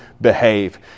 behave